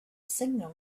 signal